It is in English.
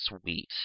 Sweet